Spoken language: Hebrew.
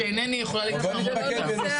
תמשיכי.